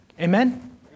Amen